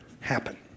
happen